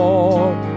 Lord